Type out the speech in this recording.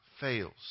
fails